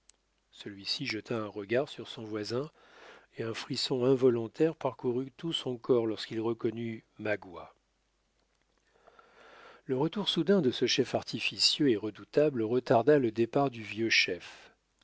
celui-ci jeta un regard sur son voisin et un frisson involontaire parcourut tout son corps lorsqu'il reconnut magua le retour soudain de ce chef artificieux et redoutable retarda le départ du vieux chef